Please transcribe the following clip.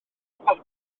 potter